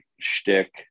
shtick